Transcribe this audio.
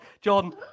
John